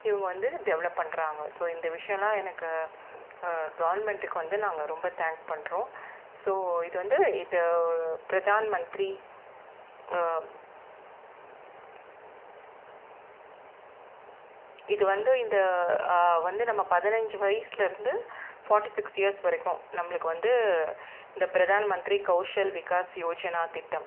இவங்க வந்து டெவலப் பண்ணுறாங்க ஸோ இந்த விஷயம்லாம் எனக்கு கவர்மெண்ட்டுக்கு வந்து நாங்க ரொம்ப தேங்க் பண்ணுறோம் ஸோ இது வந்து இதை பிரதான் மந்த்ரி இது வந்து இந்த வந்து நம்ம பதினஞ்சு வயசுலேருந்து ஃபார்ட்டி சிக்ஸ் இயர்ஸ் வரைக்கும் நம்மளுக்கு வந்து இந்த பிரதான் மந்த்ரி கௌசல் விகாஸ் யோஜனா திட்டம்